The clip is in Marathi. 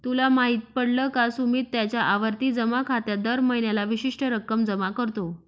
तुला माहित पडल का? सुमित त्याच्या आवर्ती जमा खात्यात दर महीन्याला विशिष्ट रक्कम जमा करतो